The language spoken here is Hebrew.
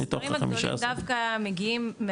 המספרים דווקא מגיעים,